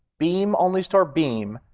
beam only store beam,